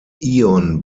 ion